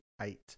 eight